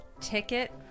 ticket